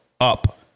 up